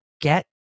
get